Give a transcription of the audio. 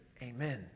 Amen